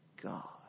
God